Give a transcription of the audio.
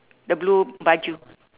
the blue baju